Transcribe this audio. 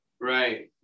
right